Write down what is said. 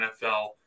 NFL